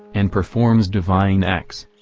and performs divine acts.